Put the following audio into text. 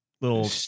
little